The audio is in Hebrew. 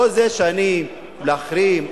לא זה שאני, להחרים.